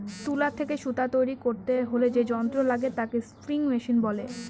তুলা থেকে সুতা তৈরী করতে হলে যে যন্ত্র লাগে তাকে স্পিনিং মেশিন বলে